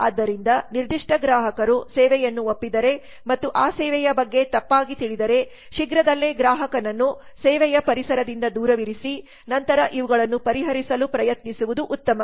ಆದ್ದರಿಂದ ನಿರ್ದಿಷ್ಟ ಗ್ರಾಹಕರು ಸೇವೆಯನ್ನು ಒಪ್ಪಿದರೆ ಮತ್ತು ಆ ಸೇವೆಯ ಬಗ್ಗೆ ತಪ್ಪಾಗಿ ತಿಳಿದರೆ ಶೀಘ್ರದಲ್ಲೇ ಗ್ರಾಹಕನನ್ನು ಸೇವೆಯ ಪರಿಸರದಿಂದ ದೂರವಿರಿಸಿ ನಂತರ ಇವುಗಳನ್ನು ಪರಿಹರಿಸಲು ಪ್ರಯತ್ನಿಸುವುದು ಉತ್ತಮ